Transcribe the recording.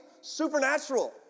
supernatural